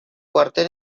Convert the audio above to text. cuartel